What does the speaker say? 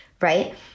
right